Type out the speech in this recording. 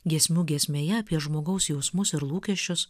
giesmių giesmėje apie žmogaus jausmus ir lūkesčius